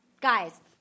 guys